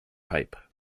pipe